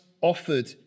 offered